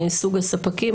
סוג הספקים,